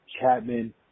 Chapman